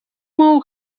mou